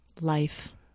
life